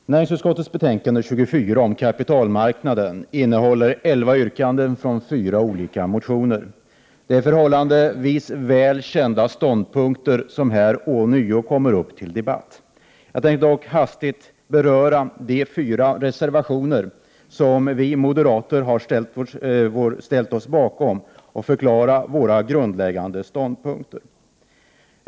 Herr talman! Näringsutskottets betänkande nr 24 om kapitalmarknaden innehåller elva yrkanden från fyra olika motioner. Det är förhållandevis väl kända ståndpunkter som här ånyo kommer upp till debatt. Jag tänkte dock hastigt beröra de fyra reservationer som vi moderater har ställt oss bakom och samtidigt förklara våra grundläggande ståndpunkter.